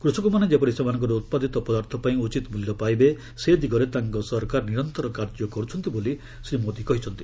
କୃଷକମାନେ ଯେପରି ସେମାନଙ୍କର ଉତ୍ପାଦିତ ପଦାର୍ଥପାଇଁ ଉଚିତ ମୂଲ୍ୟ ପାଇବେ ସେଦିଗରେ ତାଙ୍କ ସରକାର ନିରନ୍ତର କାର୍ଯ୍ୟ କରୁଛନ୍ତି ବୋଲି ଶ୍ରୀ ମୋଦି କହିଛନ୍ତି